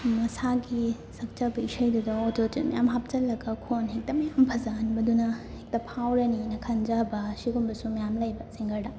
ꯃꯁꯥꯒꯤ ꯁꯛꯆꯕ ꯏꯁꯩꯗꯨꯗ ꯑꯣꯇꯣ ꯇ꯭ꯌꯨꯟ ꯃꯌꯥꯝ ꯍꯥꯞꯆꯜꯂꯒ ꯈꯣꯟ ꯍꯦꯛꯇ ꯐꯖꯍꯟꯕꯗꯨꯅ ꯍꯦꯛꯇ ꯐꯥꯎꯔꯅꯤꯅ ꯈꯟꯖꯕ ꯁꯤꯒꯨꯝꯕꯁꯨ ꯃꯌꯥꯝ ꯂꯩꯕ ꯁꯤꯡꯒꯔꯗ